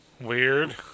Weird